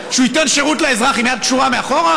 שהוא ייתן שירות לאזרח עם יד קשורה מאחור?